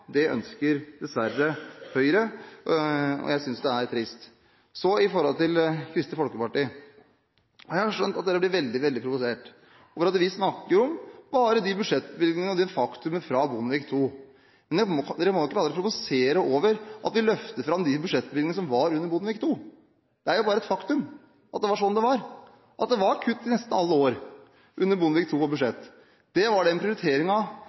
Det ønsker dessverre Høyre, og jeg synes det er trist. Når det gjelder Kristelig Folkeparti, har jeg skjønt at de blir veldig, veldig provosert over at vi bare snakker om de budsjettbevilgningene fra Bondevik II. Men de må jo ikke la seg provosere over at vi løfter fram de budsjettbevilgningene som var under Bondevik II – det er jo bare faktum at det var sånn det var. Det var kutt i budsjett i nesten alle år under Bondevik II. Det var den